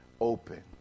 open